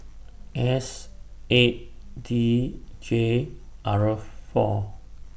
S eight D J R four